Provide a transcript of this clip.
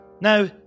Now